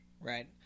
right